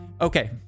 Okay